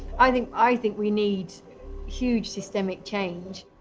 i think i think we need huge systemic change.